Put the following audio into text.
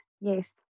yes